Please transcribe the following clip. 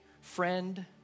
friend